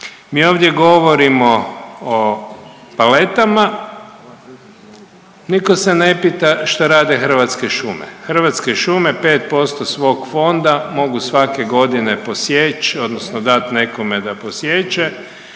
Mi ovdje govorimo o paletama, nitko se ne pita što rade Hrvatske šume. Hrvatske šume pet posto svog fonda mogu svake godine posjeći, odnosno dati nekome da posječe